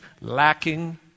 lacking